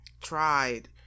tried